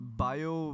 bio